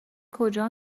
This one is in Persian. کجا